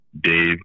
Dave